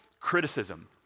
criticism